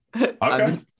Okay